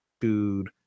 Dude